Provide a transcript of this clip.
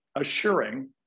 assuring